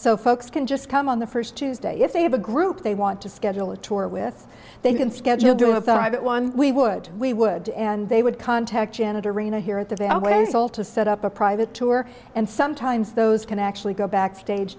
so folks can just come on the first tuesday if they have a group they want to schedule a tour with they can schedule do a five one we would we would and they would contact janet arena here at they always call to set up a private tour and sometimes those can actually go back stage